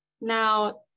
Now